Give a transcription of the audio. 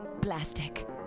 plastic